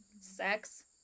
sex